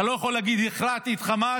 אתה לא יכול להגיד: הכרעתי את חמאס,